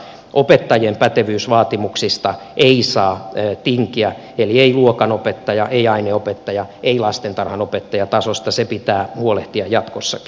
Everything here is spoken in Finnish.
opettajien pätevyysvaatimuksista ei saa tinkiä eli ei luokanopettaja ei aineenopettaja ei lastentarhanopettajatasosta se pitää huolehtia jatkossakin